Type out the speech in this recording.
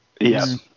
Yes